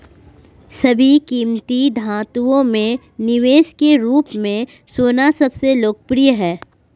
सभी कीमती धातुओं में निवेश के रूप में सोना सबसे लोकप्रिय है